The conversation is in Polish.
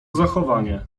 zachowanie